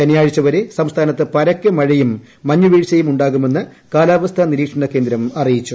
ശനിയാഴ്ചവരെ സംസ്ഥാനത്ത് പരക്കെ മഴയും മഞ്ഞുവീഴ്ചയും ഉ ാകുമെന്ന് കാലാവസ്ഥാ നിരീക്ഷണ കേന്ദ്രം അറിയിച്ചു